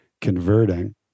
converting